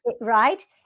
right